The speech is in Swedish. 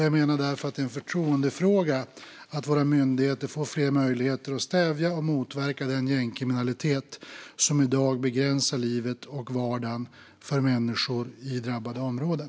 Jag menar därför att det är en förtroendefråga att våra myndigheter får fler möjligheter att stävja och motverka den gängkriminalitet som i dag begränsar livet och vardagen för människor i drabbade områden.